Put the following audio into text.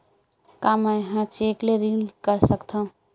का मैं ह चेक ले ऋण कर सकथव?